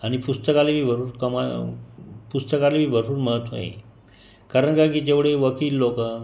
आणि पुस्तकालाही भरपूर कमवा पुस्तकालाबी भरपूर महत्त्व आहे कारण काय की जेवढे वकील लोक